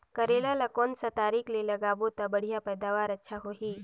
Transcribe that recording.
करेला ला कोन सा तरीका ले लगाबो ता बढ़िया पैदावार अच्छा होही?